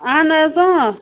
اَہَن حظ اۭں